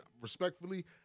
respectfully